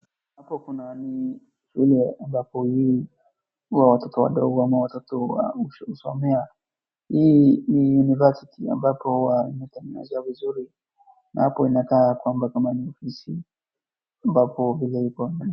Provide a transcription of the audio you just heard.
Hapa kuna ni shule ambapo hii huwa watoto wadogo ama watoto husomea hii ni university ambao wametengeneza vizuri na hapo inakaa yakwamba kama ni ofisi ambapo iko hapo.